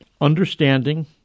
understanding